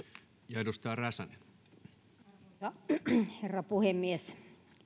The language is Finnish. arvoisa herra puhemies